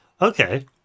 okay